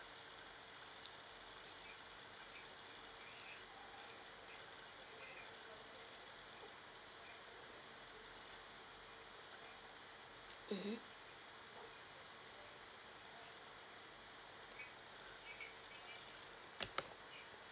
(uh huh)